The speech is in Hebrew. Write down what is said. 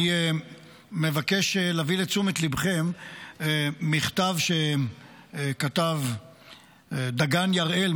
אני מבקש להביא לתשומת ליבכם מכתב שכתב דגני הראל,